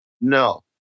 No